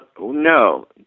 no